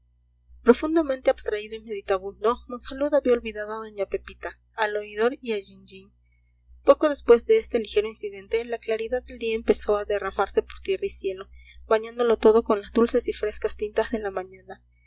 profundamente abstraído y meditabundo monsalud había olvidado a doña pepita al oidor y a jean jean poco después de este ligero incidente la claridad del día empezó a derramarse por tierra y cielo bañándolo todo con las dulces y frescas tintas de la mañana